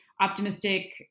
optimistic